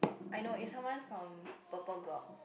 I know is someone from purple block